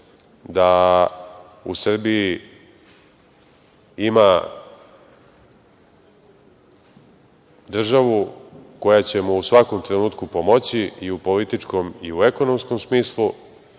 da u Srbiji ima državu koja će mu u svakom trenutku pomoći i u političkom i u ekonomskom smislu